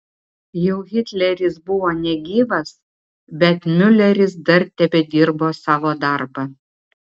jau hitleris buvo negyvas bet miuleris dar tebedirbo savo darbą